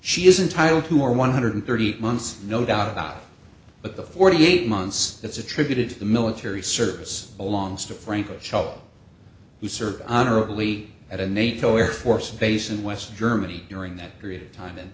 she isn't titled who or one hundred and thirty eight months no doubt about it but the forty eight months that's attributed to the military service belongs to franco cho he served honorably at a nato air force base in west germany during that period of time and